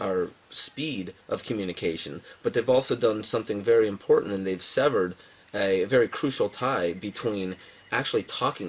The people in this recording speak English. our speed of communication but they've also done something very important and they've severed a very crucial time between actually talking to